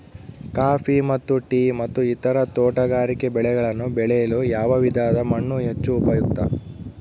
Coffee ಮತ್ತು tea ಮತ್ತು ಇತರ ತೋಟಗಾರಿಕೆ ಬೆಳೆಗಳನ್ನು ಬೆಳೆಯಲು ಯಾವ ವಿಧದ ಮಣ್ಣು ಹೆಚ್ಚು ಉಪಯುಕ್ತ?